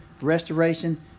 restoration